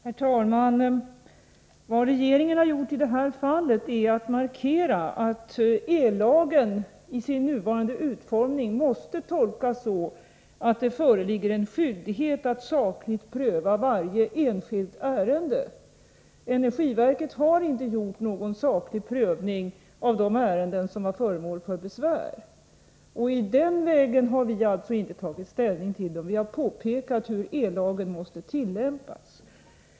Herr talman! Vad regeringen har gjort i det här fallet är en markering av att ellagen i sin nuvarande utformning måste tolkas så, att det föreligger en skyldighet att sakligt pröva varje enskilt ärende. Energiverket har inte gjort någon saklig prövning av de ärenden som varit föremål för besvär. Inte heller vi har således tagit ställning till dem på sådan grund, utan vi har bara påpekat hur ellagen måste tillämpas.